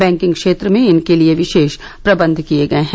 banking क्षेत्र में इनके लिए विशेष प्रबंध किए गए हैं